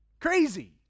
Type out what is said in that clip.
Crazy